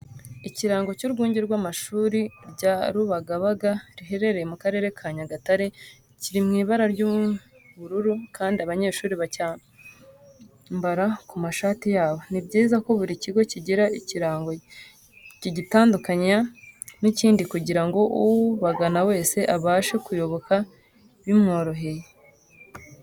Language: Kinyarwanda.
Ikirango cy'urwunge rw'amashuri rya Rubagabaga riherereye mu karere ka Nyagatare kiri mu ibara ry'ubururu kandi abanyeshuri bacyambara ku mashati yabo. Ni byiza ko buri kigo kigira ibikiranga bigitandukanya n'ikindi kugirangi ubagana wese abashe kuyoboka bimworoheye.